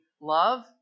love